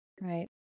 Right